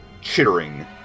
chittering